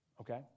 Okay